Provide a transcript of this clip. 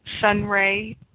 Sunray